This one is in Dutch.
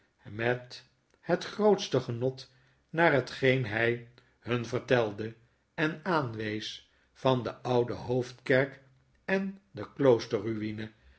met het grootste genot naar hetgeen hy hun vertelde en aanwees van de oude hoofdkerk en de